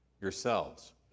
yourselves